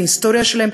מההיסטוריה שלהם,